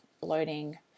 bloating